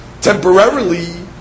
temporarily